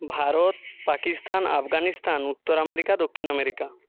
ভারত পাকিস্তান আফগানিস্তান উত্তর আমেরিকা দক্ষিণ আমেরিকা